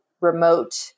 remote